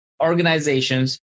organizations